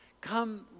Come